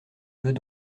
veux